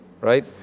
right